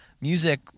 music